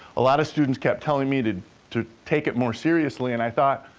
a lot of students kept telling me to to take it more seriously, and i thought,